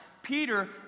Peter